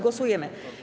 Głosujemy.